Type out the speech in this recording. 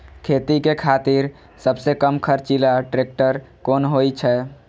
खेती के खातिर सबसे कम खर्चीला ट्रेक्टर कोन होई छै?